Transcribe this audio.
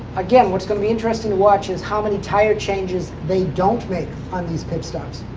again, what's going to be interesting to watch is how many tire changes they don't make on these pit stops.